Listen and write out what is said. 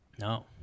no